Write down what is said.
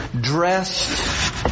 dressed